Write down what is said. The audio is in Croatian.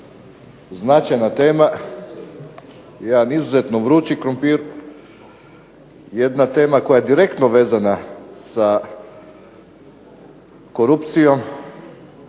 značajna tema, jedan izuzetno vrući krumpir, jedna tema koja je direktno vezana sa korupcijom,